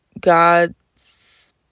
God's